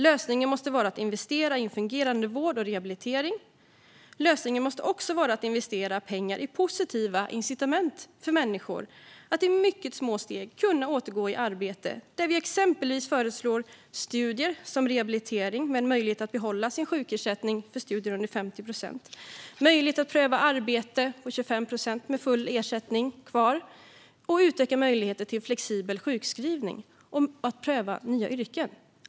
Lösningen måste vara att investera i en fungerande vård och rehabilitering. Lösningen måste också vara att investera pengar i positiva incitament för människor att i mycket små steg kunna återgå i arbete. Vi föreslår exempelvis studier som rehabilitering med en möjlighet att behålla sin sjukersättning för studier under 50 procent. Vi tycker också att det ska finnas möjligheter att pröva arbete på 25 procent med full ersättning och att man ska utöka möjligheterna till flexibel sjukskrivning och att kunna pröva nya yrken.